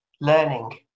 learning